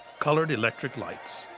colored electric lights.